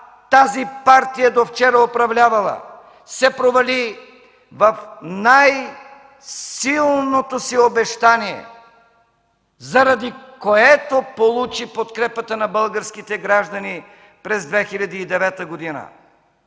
тази партия, довчера управлявала, се провали в най-силното си обещание, заради което получи подкрепата на българските граждани през 2009 г.,